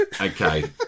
Okay